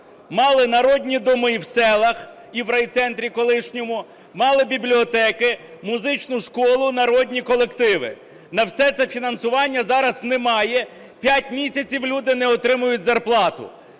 Мали народні доми в селах і в райцентрі колишньому, мали бібліотеки, музичну школу, народні колективи. На все це фінансування зараз немає, 5 місяців люди не отримують зарплату.